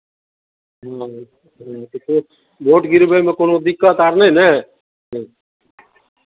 हँ हँ भोट भोट गिरबैमे कोनो दिक्कत आर नहि ने हँ